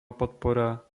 podpora